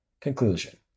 Conclusion